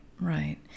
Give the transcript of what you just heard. Right